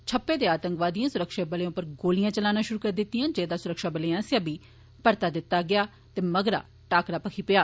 छप्पे दे आतंकवादिएं सुरक्षाबलें उप्पर गोलियां चलाना शुरू करी दित्ता जेह्दा सुरक्षाबलें आस्सेआ परता दित्ता गेआ ते मगरा टाकरा भखी पेआ